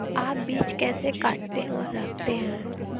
आप बीज कैसे काटते और रखते हैं?